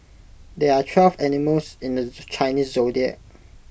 there are twelve animals in the Chinese Zodiac